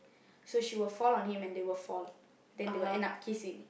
so she will fall on him and they will fall then they will end up kissing